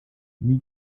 wie